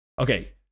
Okay